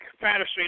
fantasy